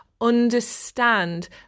understand